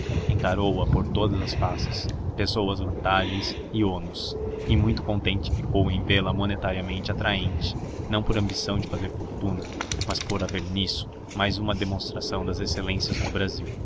projetos encarou-a por todas as faces pesou as vantagens e ônus e muito contente ficou em vê-la monetariamente atraente não por ambição de fazer fortuna mas por haver nisso mais uma demonstração das excelências do brasil